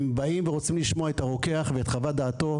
הם באים ורוצים לשמוע את הרוקח ואת חוות דעתו.